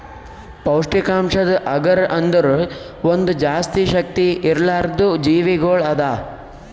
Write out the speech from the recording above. ಪೌಷ್ಠಿಕಾಂಶದ್ ಅಗರ್ ಅಂದುರ್ ಒಂದ್ ಜಾಸ್ತಿ ಶಕ್ತಿ ಇರ್ಲಾರ್ದು ಜೀವಿಗೊಳ್ ಅದಾ